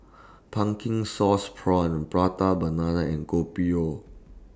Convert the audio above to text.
Pumpkin Sauce Prawns Prata Banana and Kopi O